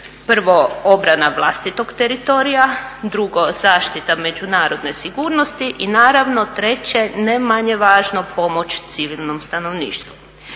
prvo obrana vlastitog teritorija, drugo, zaštita međunarodne sigurnosti i naravno treće ne manje važno, pomoć civilnom stanovništvu.